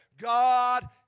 God